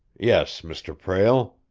yes, mr. prale.